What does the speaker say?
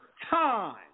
Time